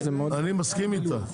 אני מסכים איתה,